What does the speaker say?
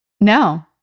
no